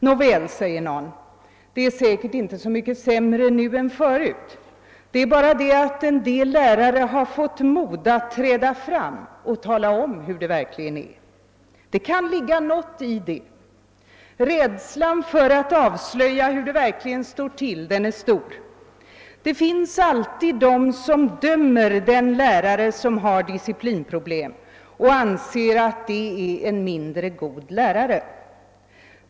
Nåväl, säger någon, det är säkert inte så mycket sämre nu än förut. Det är bara det att en del lärare fått mod att träda fram och tala om hur det är. Det kan ligga någonting i det talet. Rädslan för att avslöja hur det verkligen står till är stor. Det finns alltid de som dömer den lärare som har disciplinproblem och anser honom vara en mindre god lärare.